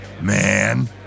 man